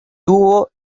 tuvo